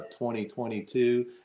2022